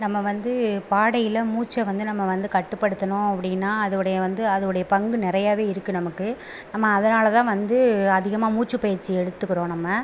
நம்ம வந்து பாடையில் மூச்சை வந்து நம்ம வந்து கட்டுப்படுத்தணும் அப்படின்னா அதோடைய வந்து அதோடைய பங்கு நிறையாவே இருக்குது நமக்கு நம்ம அதனால் தான் வந்து அதிகமாக மூச்சுப்பயிற்சி எடுத்துக்கிறோம் நம்ம